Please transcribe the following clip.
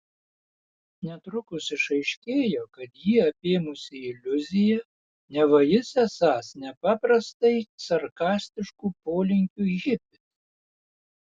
netrukus išaiškėjo kad jį apėmusi iliuzija neva jis esąs nepaprastai sarkastiškų polinkių hipis